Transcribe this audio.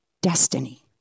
destiny